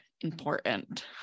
important